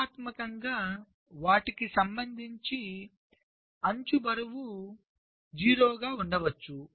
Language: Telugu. వ్యూహాత్మకంగా వాటికి సంబంధించి అంచు బరువు 0 ఉండవచ్చు